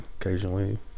occasionally